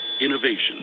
Innovation